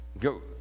go